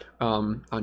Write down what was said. on